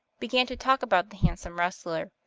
began to talk about the handsome wrestler,